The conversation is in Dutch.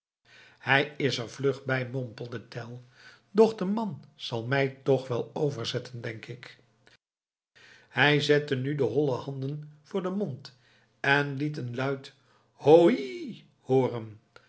hij is er vlug bij mompelde tell doch de man zal mij toch wel overzetten denk ik hij zette nu de holle handen voor den mond en liet een luid hoooo iii hooren